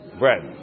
bread